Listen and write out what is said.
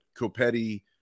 Copetti